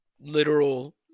literal